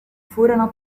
furono